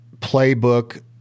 playbook